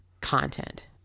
content